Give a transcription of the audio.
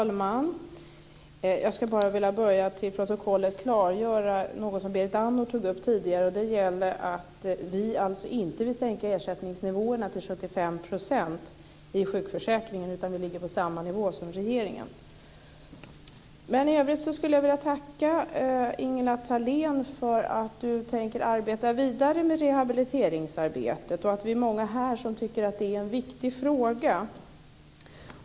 Herr talman! Jag vill till protokollet klargöra något som Berit Andnor tog upp tidigare. Det gällde att vi inte vill sänka ersättningsnivåerna till 75 % i sjukförsäkringen. Vi ligger på samma nivå som regeringen. I övrigt vill jag tacka Ingela Thalén för att hon tänker arbeta vidare med rehabiliteringsarbetet. Vi är många här som tycker att det är en viktig fråga.